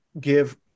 give